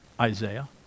Isaiah